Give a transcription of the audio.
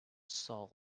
sold